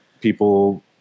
people